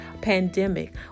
pandemic